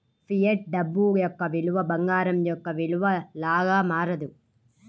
fiat డబ్బు యొక్క విలువ బంగారం యొక్క విలువ లాగా మారదు